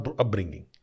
upbringing